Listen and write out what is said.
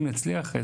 אם נצליח,